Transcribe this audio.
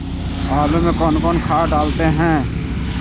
आलू में कौन कौन खाद डालते हैं?